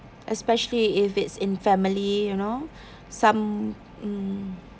especially if it's in family you know some mm